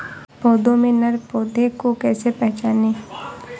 पौधों में नर पौधे को कैसे पहचानें?